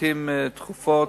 לעתים תכופות,